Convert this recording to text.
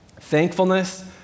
Thankfulness